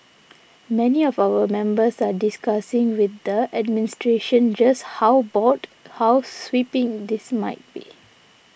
many of our members are discussing with the administration just how broad how sweeping this might be